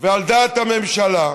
ועל דעת הממשלה.